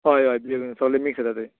हय हय ग्रे सगले मिक्स येता ते